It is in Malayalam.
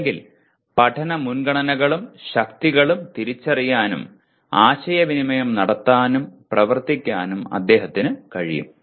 അല്ലെങ്കിൽ പഠന മുൻഗണനകളും ശക്തികളും തിരിച്ചറിയാനും ആശയവിനിമയം നടത്താനും പ്രവർത്തിക്കാനും അദ്ദേഹത്തിന് കഴിയും